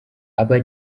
aba